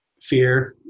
fear